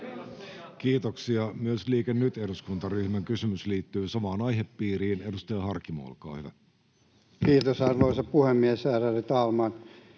veroalet?] Myös Liike Nyt -eduskuntaryhmän kysymys liittyy samaan aihepiiriin. — Edustaja Harkimo, olkaa hyvä. Kiitos, arvoisa puhemies, ärade talman!